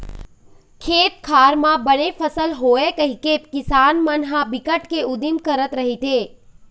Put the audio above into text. खेत खार म बने फसल होवय कहिके किसान मन ह बिकट के उदिम करत रहिथे